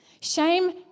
Shame